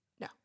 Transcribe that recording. No